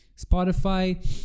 Spotify